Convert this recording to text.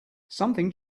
something